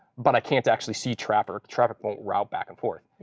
but i can't actually see traffic. traffic won't route back and forth.